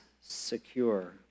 secure